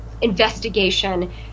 investigation